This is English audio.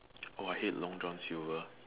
oh I hate long-John-silver